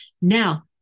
Now